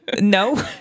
No